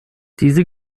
diese